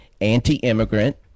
anti-immigrant